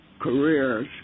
careers